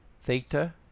Theta